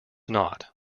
not